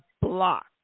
block